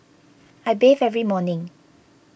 I bathe every morning